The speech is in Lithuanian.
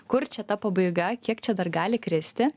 kur čia ta pabaiga kiek čia dar gali kristi